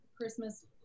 christmas